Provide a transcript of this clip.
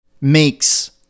makes